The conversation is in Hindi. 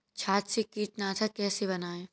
छाछ से कीटनाशक कैसे बनाएँ?